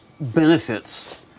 benefits